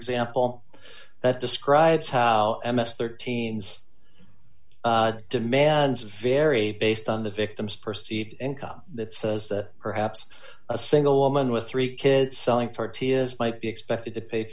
example that describes how m s thirteen's demands vary based on the victim's percy income that says that perhaps a single woman with three kids selling tortillas might be expected to pay